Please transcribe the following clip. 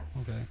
okay